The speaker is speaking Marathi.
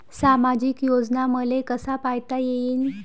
सामाजिक योजना मले कसा पायता येईन?